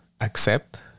accept